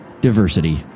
Diversity